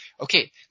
Okay